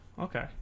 Okay